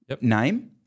name